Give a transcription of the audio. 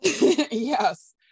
Yes